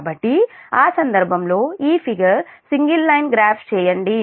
కాబట్టి ఆ సందర్భంలో ఈ ఫిగర్ సింగిల్ లైన్ గ్రాఫ్ చేయండి